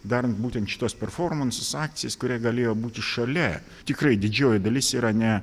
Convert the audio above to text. darant būtent šituos performansus akcijas kurie galėjo būti šalia tikrai didžioji dalis yra ne